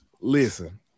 listen